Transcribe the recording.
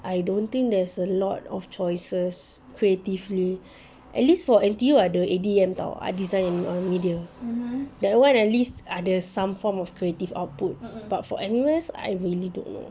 I don't think there's a lot of choices creatively at least for N_T_U ada A_D_M [tau] art design on media that [one] at least ah there's some form of creative output but for N_U_S I really don't know